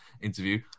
interview